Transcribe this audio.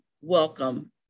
welcome